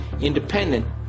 independent